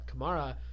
Kamara